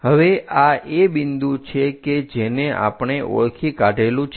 હવે આ એ બિંદુ છે કે જેને આપણે ઓળખી કાઢેલું છે